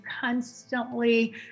constantly